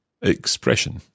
Expression